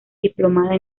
diplomada